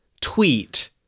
tweet